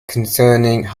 concerning